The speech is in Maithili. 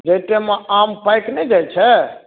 जाहि टाइममे आम पाकि नहि जाइत छै